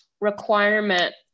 requirement